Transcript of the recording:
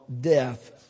death